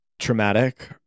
traumatic